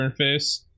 interface